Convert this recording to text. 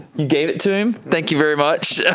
you gave it to him? thank you very much.